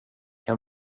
kan